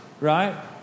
Right